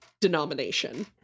denomination